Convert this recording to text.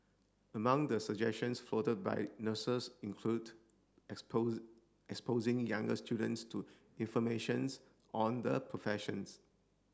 among the suggestions floated by nurses included exposing younger students to information's on the professions